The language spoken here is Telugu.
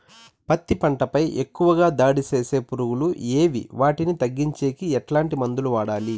పత్తి పంట పై ఎక్కువగా దాడి సేసే పులుగులు ఏవి వాటిని తగ్గించేకి ఎట్లాంటి మందులు వాడాలి?